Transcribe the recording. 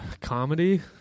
Comedy